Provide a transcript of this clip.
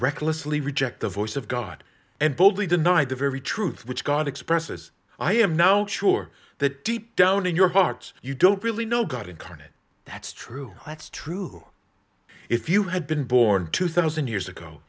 recklessly reject the voice of god and boldly denied the very truth which god expresses i am now sure that deep down in your hearts you don't really know god incarnate that's true that's true if you had been born two thousand years ago